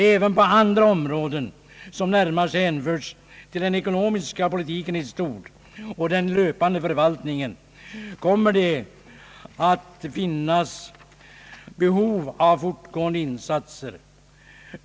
Även på andra områden, som närmast hänför sig till den ekonomiska politiken i stort och den löpande förvaltningen, kommer det att finnas behov av fortgående insatser.